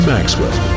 Maxwell